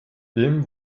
dem